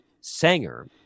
Sanger